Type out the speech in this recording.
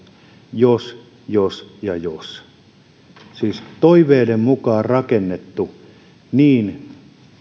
jos jos ja jos siis toiveiden mukaan on rakennettu niin